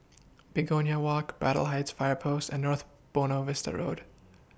Begonia Walk Braddell Heights Fire Post and North Buona Vista Road